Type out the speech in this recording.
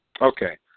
Okay